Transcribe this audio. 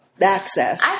access